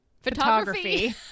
photography